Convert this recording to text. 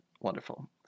Wonderful